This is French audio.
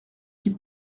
qui